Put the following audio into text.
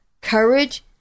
courage